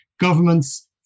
governments